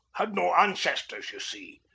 had no ancestors, you see.